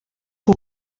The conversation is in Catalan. que